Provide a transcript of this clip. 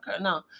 No